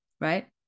right